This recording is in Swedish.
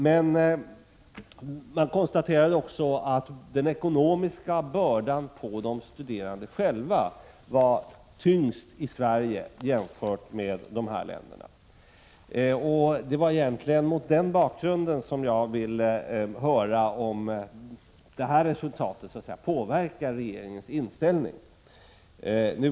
Men det konstaterades också att den ekonomiska bördan på de studerande själva var tyngst i Sverige vid en jämförelse med förhållandena i de här länderna. Det var egentligen mot den bakgrunden som jag ville höra om resultatet påverkar regeringens inställning.